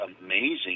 amazing